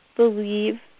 believe